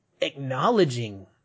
acknowledging